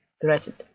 threatened